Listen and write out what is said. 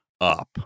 up